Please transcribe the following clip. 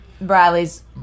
Bradley's